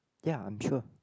ya I'm sure